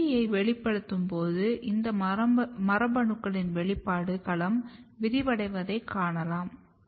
LEAFY1 ஐ வெளிப்படுத்தும்போது இந்த மரபணுக்களின் வெளிப்பாடு களம் விரிவடைவதை காணலாம்